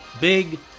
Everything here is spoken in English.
big